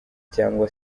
cyangwa